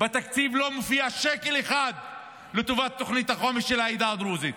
בתקציב לא מופיע שקל אחד לטובת תוכנית החומש של העדה הדרוזית.